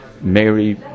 Mary